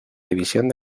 división